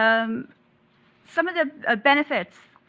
um some of the ah benefits